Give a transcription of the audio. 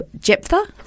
Jephthah